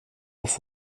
auf